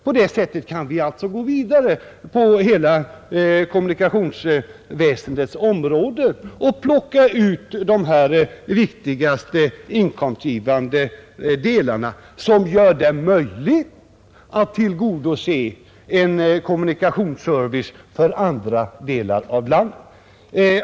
På det sättet kan vi gå vidare över hela kommunikationsväsendets område och plocka ut de viktigaste inkomstgivande delarna, som gör det möjligt att tillgodose en kommunikationsservice för andra delar av landet.